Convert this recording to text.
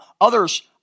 Others